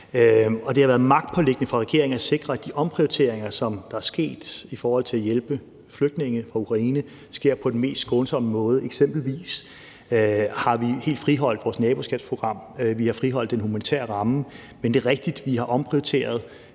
og det har været magtpåliggende for regeringen at sikre, at de omprioriteringer, som er sket i forhold til at hjælpe flygtninge fra Ukraine, sker på den mest skånsomme måde. Eksempelvis har vi helt friholdt vores naboskabsprogram, vi har friholdt den humanitære ramme, men det er rigtigt, at vi har omprioriteret